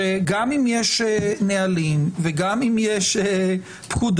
שגם אם יש נהלים וגם אם יש פקודות,